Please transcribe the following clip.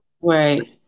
right